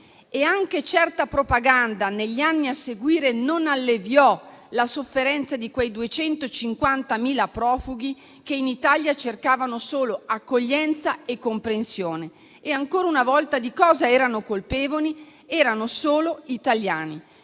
Anche certa propaganda, negli anni a seguire, non alleviò la sofferenza di quei 250.000 profughi, che in Italia cercavano solo accoglienza e comprensione. Ancora una volta, di cosa erano colpevoli? Erano solo italiani.